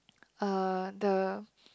uh the